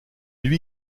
lui